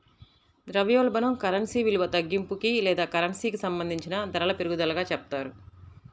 ద్రవ్యోల్బణం కరెన్సీ విలువ తగ్గింపుకి లేదా కరెన్సీకి సంబంధించిన ధరల పెరుగుదలగా చెప్తారు